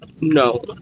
No